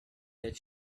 that